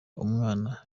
umwana